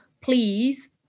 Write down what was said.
please